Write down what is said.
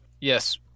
Yes